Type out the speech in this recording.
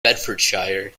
bedfordshire